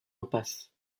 impasse